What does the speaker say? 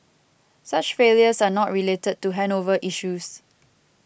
such failures are not related to handover issues